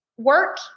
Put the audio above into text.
Work